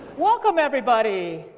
welcome everybody.